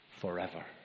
forever